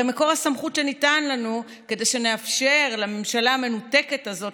הרי מקור הסמכות שניתן לנו כדי שנאפשר לממשלה המנותקת הזאת